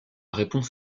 réponse